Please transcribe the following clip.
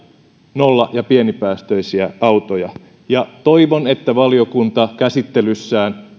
nolla ja pienipäästöisiä autoja ja toivon että valiokunta käsittelyssään